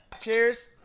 Cheers